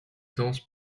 danses